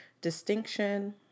distinction